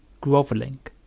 grovelling,